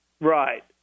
Right